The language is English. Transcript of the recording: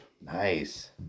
Nice